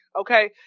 okay